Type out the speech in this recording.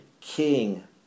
king